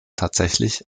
tatsächlich